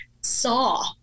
saw